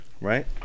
right